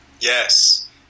Yes